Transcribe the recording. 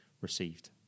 received